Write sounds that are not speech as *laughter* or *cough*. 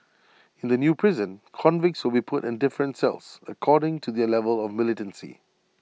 *noise* in the new prison convicts will be put in different cells according to their level of militancy